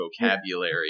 vocabulary